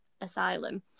asylum